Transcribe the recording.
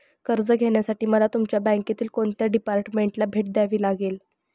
कर्ज घेण्यासाठी मला तुमच्या बँकेतील कोणत्या डिपार्टमेंटला भेट द्यावी लागेल?